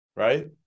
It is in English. right